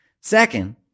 Second